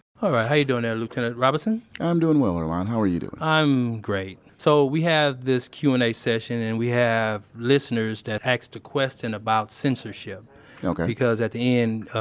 how ah how you doing there, lieutenant robinson? i'm doing well, earlonne. how are you doing? i'm great. so, we have this q and a session and we have listeners that asked a question about censorship okay because at the end, ah,